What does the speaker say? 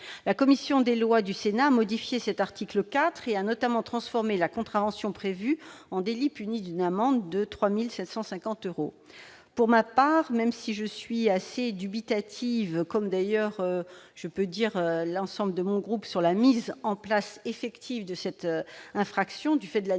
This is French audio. La commission des lois du Sénat a modifié cet article. Elle a notamment transformé la contravention prévue en un délit puni d'une amende de 3 750 euros. Pour ma part, même si je suis assez dubitative, comme l'ensemble des membres de mon groupe, sur la mise en place effective de cette infraction du fait de la nécessité